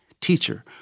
teacher